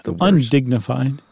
undignified